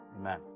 Amen